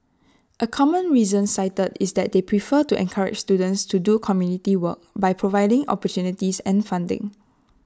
A common reason cited is that they prefer to encourage students to do community work by providing opportunities and funding